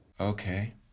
Okay